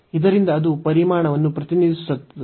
ಇದರಿಂದ ಅದು ಪರಿಮಾಣವನ್ನು ಪ್ರತಿನಿಧಿಸುತ್ತದೆ